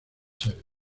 seres